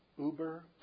uber